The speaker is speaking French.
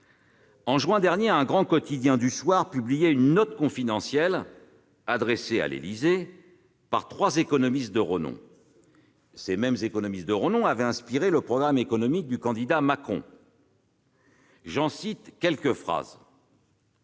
En juin dernier, un grand quotidien du soir publiait une note confidentielle adressée à l'Élysée par trois économistes de renom, qui avaient inspiré le programme économique du candidat Macron. J'en cite quelques phrases